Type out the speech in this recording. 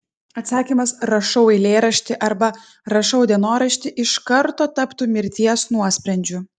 atsakymas rašau eilėraštį arba rašau dienoraštį iš karto taptų mirties nuosprendžiu